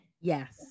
Yes